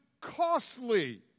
costly